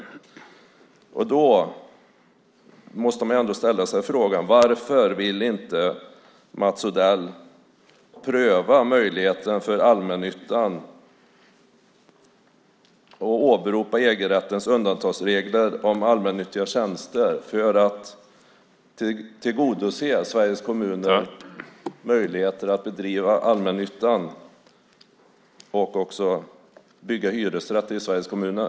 Då måste man ändå ställa sig frågan: Varför vill inte Mats Odell pröva möjligheten för allmännyttan och åberopa EG-rättens undantagsregler om allmännyttiga tjänster för att tillgodose Sveriges kommuners möjligheter att bedriva allmännyttan och också bygga hyresrätter i Sveriges kommuner?